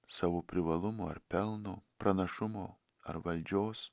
savo privalumo ar pelno pranašumo ar valdžios